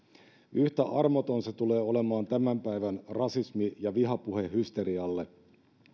yhtä armoton se tulee olemaan tämän päivän rasismi ja vihapuhehysterialle